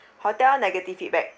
hotel negative feedback